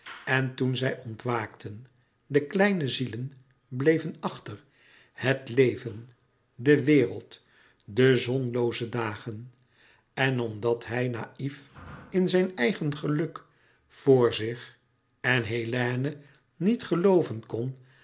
en toen zij ontwaakten de kleine zielen bleven achter het leven de wereld de zonlooze dagen en omdat hij naïf in zijn eigen geluk voor zich en hélène niet gelooven kn